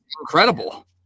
incredible